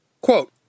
Quote